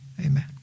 amen